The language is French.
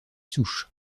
souches